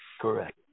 Correct